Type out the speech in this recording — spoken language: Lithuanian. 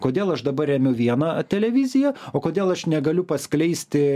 kodėl aš dabar remiu vieną televiziją o kodėl aš negaliu paskleisti